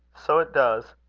so it does.